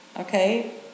Okay